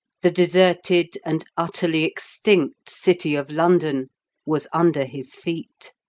the deserted and utterly extinct city of london was under his feet.